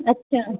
अच्छा